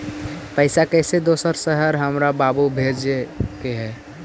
पैसा कैसै दोसर शहर हमरा बाबू भेजे के है?